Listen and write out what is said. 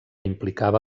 implicava